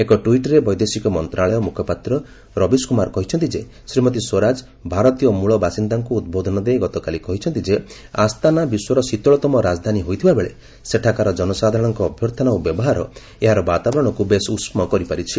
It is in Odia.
ଏକଟୁଇଟ୍ରେ ବୈଦେଶିକ ମନ୍ତ୍ରଣାଳୟ ମୁଖପାତ ରବୀଶ କୁମାର କହିଛନ୍ତ ଯେ ଶ୍ରୀମତୀ ସ୍ପରାଜ ଭାରତୀୟ ମୂଳ ବାସିନ୍ଦାଙ୍କୁ ଉଦ୍ବୋଧନ ଦେଇ ଗତକାଲି କହିଛନ୍ତି ଯେ ଅସ୍ଥାବା ବିଶ୍ୱର ଶୀତଳତମ ରାଜଧାନୀ ହୋଇଥିବାବେଳେ ସେଠାକାର ଜନସାଧାରଣଙ୍କ ଅଭ୍ୟର୍ଥନା ଓ ବ୍ୟବହାର ଏହାର ବାତାବରଣକୁ ବେଶ୍ ଉଷ୍ମ କରିପାରିଛି